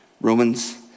Romans